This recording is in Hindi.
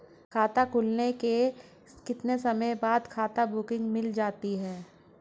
खाता खुलने के कितने समय बाद खाता बुक मिल जाती है?